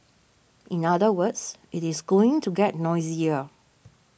in other words it is going to get noisier